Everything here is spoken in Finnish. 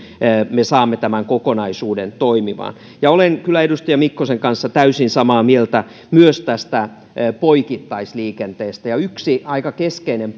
me saamme tämän kokonaisuuden toimimaan olen kyllä edustaja mikkosen kanssa täysin samaa mieltä myös tästä poikittaisliikenteestä yksi aika keskeinen